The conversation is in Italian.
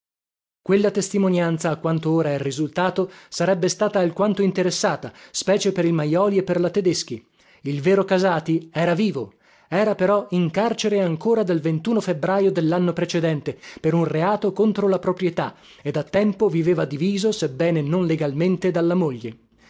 quella testimonianza a quanto ora è risultato sarebbe stata alquanto interessata specie per il majoli e per la tedeschi il vero casati era vivo era però in carcere ancora dal febbraio dellanno precedente per un reato contro la proprietà e da tempo viveva diviso sebbene non legalmente dalla moglie